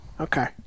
Okay